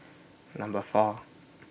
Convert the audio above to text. Number four